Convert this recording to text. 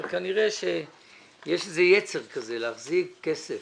אבל כנראה יש איזה יצר להחזיק כסף